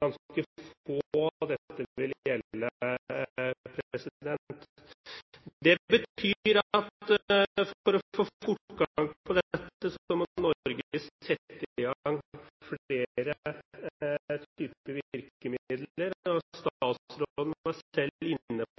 ganske få dette vil berøre. Det betyr at for å få fortgang i dette må Norge ta i bruk flere typer virkemidler, og statsråden var selv